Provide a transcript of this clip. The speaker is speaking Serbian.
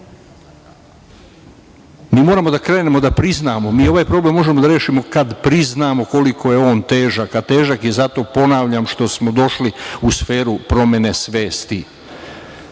moramo da krenemo da priznamo, mi ovaj problem možemo da rešimo kad priznamo koliko je on težak, a težak je zato, ponavljam, što smo došli u sferu promene svesti